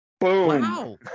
Boom